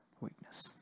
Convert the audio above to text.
weakness